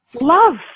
love